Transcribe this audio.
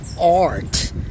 art